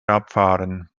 abfahren